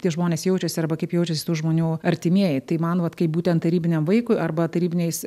tie žmonės jaučiasi arba kaip jaučiasi tų žmonių artimieji tai man vat kaip būtent tarybiniam vaikui arba tarybiniais